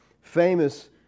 famous